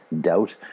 doubt